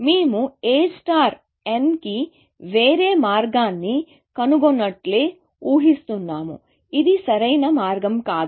మేము A nకి వేరే మార్గాన్ని కనుగొన్నట్లు ఊహిస్తున్నాము ఇది సరైన మార్గం కాదు